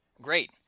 great